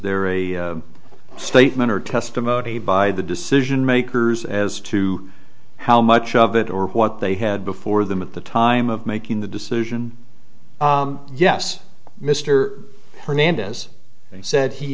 there a statement or testimony by the decision makers as to how much of it or what they had before them at the time of making the decision yes mr hernandez said he had